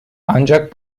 ancak